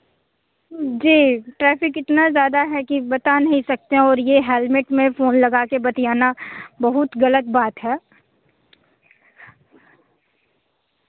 जी traffic इतना ज़्यादा है कि बता नहीं सकते और यह हेलमेट मैं फ़ोन लगा कर बतियाना बहुत गलत बात है